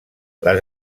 les